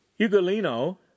Ugolino